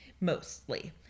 Mostly